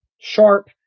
sharp